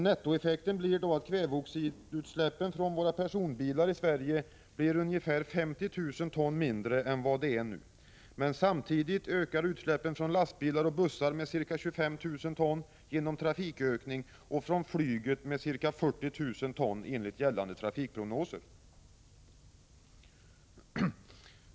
Nettoeffekten blir att kväveoxidutsläppen från våra personbilar i Sverige blir ungefär 50 000 ton mindre än nu. Samtidigt ökar utsläppen från lastbilar och bussar med ca 25 000 ton genom trafikökning och från flyget med ca 40 000 ton enligt gällande trafikprognoser.